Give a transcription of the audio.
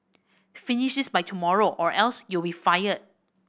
finish this by tomorrow or else you'll be fired